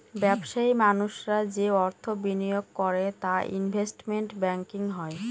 ব্যবসায়ী মানুষরা যে অর্থ বিনিয়োগ করে তা ইনভেস্টমেন্ট ব্যাঙ্কিং হয়